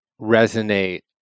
resonate